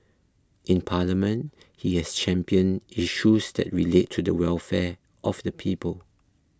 in Parliament he has championed issues that relate to the welfare of the people